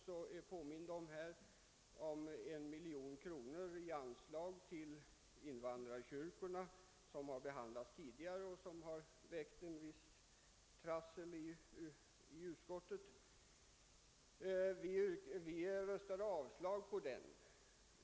Som det redan har påmints om har vi tidigare behandlat en motion om ett anslag på 1 miljon kronor till invandrarkyrkorna. Vi röstade för avslag på motionen.